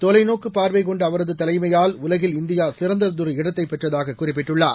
தொலைநோக்குப் பார்வை கொண்ட அவரது தலைமையால் உலகில் இந்தியா சிறந்ததொரு இடத்தை பெற்றதாக குறிப்பிட்டுள்ளார்